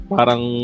Parang